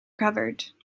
covered